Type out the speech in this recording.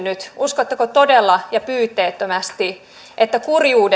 nyt uskotteko todella ja pyyteettömästi että kurjuus